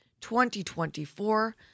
2024